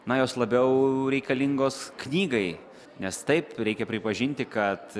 na jos labiau reikalingos knygai nes taip reikia pripažinti kad